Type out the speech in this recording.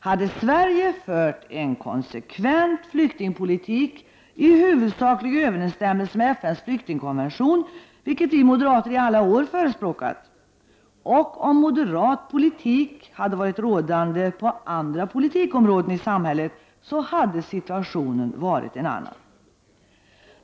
Hade Sverige fört en konsekvent flyktingpolitik i huvudsaklig överensstämmelse med FNs flyktingkonvention, något som vi moderater i alla år förespråkat, och om moderat politik hade varit rådande på andra politikområden i samhället hade situationen varit en annan.